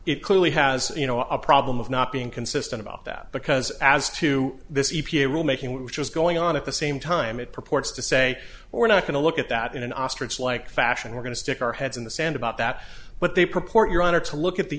it clearly has you know a problem of not being consistent about that because as to this e p a rule making which was going on at the same time it purports to say we're not going to look at that in an ostrich like fashion we're going to stick our heads in the sand about that but they proport your honor to look at the